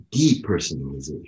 depersonalization